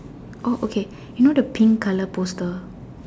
oh okay you know the pink colour poster